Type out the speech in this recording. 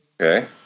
Okay